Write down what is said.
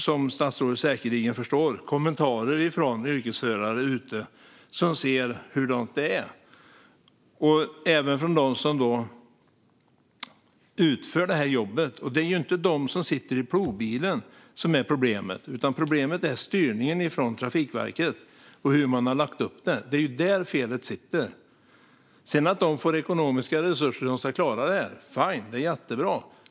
Som statsrådet säkerligen förstår får jag många kommentarer från yrkesförare där ute som ser hurdant det är, och det får jag även från dem som utför jobbet. Det är inte de som sitter i plogbilen som är problemet, utan problemet är styrningen från Trafikverket och hur man har lagt upp det. Det är där felet sitter. Att de sedan får ekonomiska resurser för att klara detta är fine. Det är jättebra.